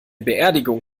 beerdigung